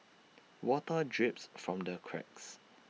water drips from the cracks